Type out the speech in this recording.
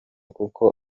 kuko